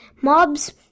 mobs